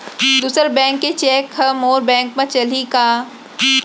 दूसर बैंक के चेक ह मोर बैंक म चलही का?